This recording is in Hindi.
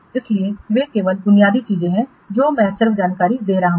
इसलिए ये केवल बुनियादी चीजें हैं जो मैं सिर्फ जानकारी दे रहा हूं